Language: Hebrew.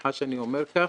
סליחה שאני אומר כך,